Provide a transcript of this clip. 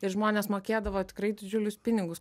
ir žmonės mokėdavo tikrai didžiulius pinigus